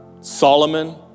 Solomon